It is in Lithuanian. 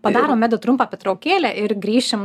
padarom meda trumpą pertraukėlę ir grįšim